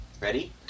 ready